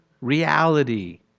reality